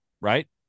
right